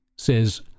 Says